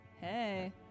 Hey